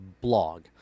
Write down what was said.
blog